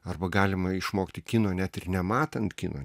arba galima išmokti kino net ir nematant kino